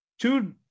two